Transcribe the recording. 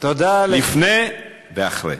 לפני ואחרי.